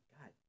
God